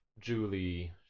Julie